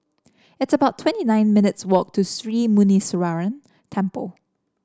it's about twenty nine minutes' walk to Sri Muneeswaran Temple